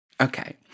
Okay